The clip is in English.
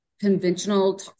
conventional